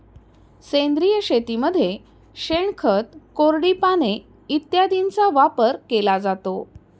सेंद्रिय शेतीमध्ये शेणखत, कोरडी पाने इत्यादींचा वापर केला जातो